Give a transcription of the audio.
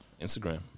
Instagram